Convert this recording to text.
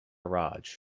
raj